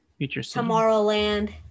Tomorrowland